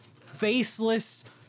faceless